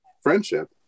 friendship